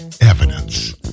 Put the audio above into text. evidence